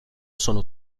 sono